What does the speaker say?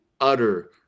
utter